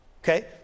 okay